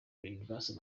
universal